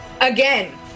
again